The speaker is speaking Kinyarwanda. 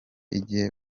igihe